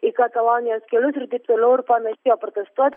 į katalonijos kelius ir taip toliau ir panašiai o protestuot